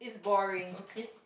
okay